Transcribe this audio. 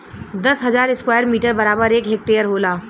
दस हजार square metre बराबर एक हेक्टेयर होला